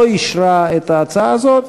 לא אישרה את ההצעה הזאת,